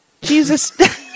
Jesus